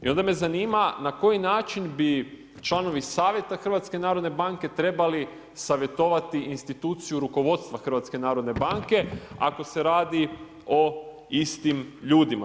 Onda me zanima na koji način bi članovi savjeta HNB-a trebali savjetovati instituciju rukovodstva HNB-a ako se radi o istim ljudima?